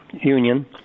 Union